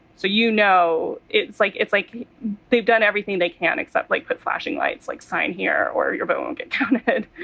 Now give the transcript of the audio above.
so, you know, it's like it's like they've done everything they can except like put flashing lights, like sign here or your vote won't get counted.